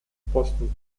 boston